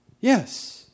Yes